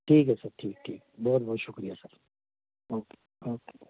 ਠੀਕ ਹੈ ਸਰ ਠੀਕ ਠੀਕ ਬਹੁਤ ਬਹੁਤ ਸ਼ੁਕਰੀਆ ਸਰ ਓਕੇ ਓਕੇ